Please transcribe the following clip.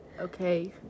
Okay